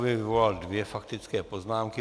Vyvolal dvě faktické poznámky.